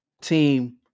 team